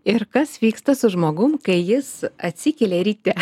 ir kas vyksta su žmogum kai jis atsikelia ryte